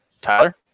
Tyler